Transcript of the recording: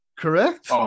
Correct